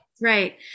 Right